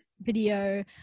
video